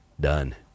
done